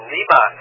Lima